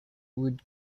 would